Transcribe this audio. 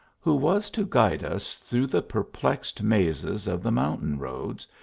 who was to guide us through the perplexed mazes of the mountain roads,